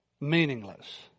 meaningless